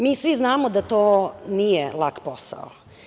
Mi svi znamo da to nije lak posao.